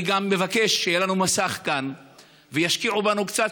אני גם מבקש שיהיה לנו מסך כאן וישקיעו בנו קצת,